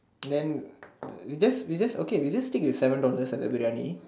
then we just we just okay we just take with seven dollar at Aberdeen